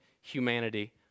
humanity